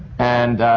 and.